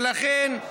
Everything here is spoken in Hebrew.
ולכן,